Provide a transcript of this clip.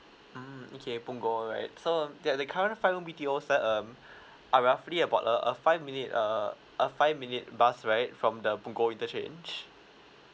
mm okay punggol alright so mm ya the kind of fine with your side um are roughly about a a five minute uh a five minute bus right from the punggol interchange